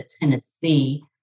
Tennessee